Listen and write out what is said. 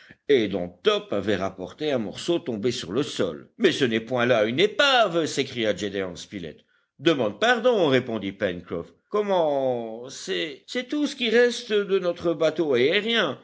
et dont top avait rapporté un morceau tombé sur le sol mais ce n'est point là une épave s'écria gédéon spilett demande pardon répondit pencroff comment c'est c'est tout ce qui reste de notre bateau aérien